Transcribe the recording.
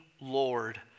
Lord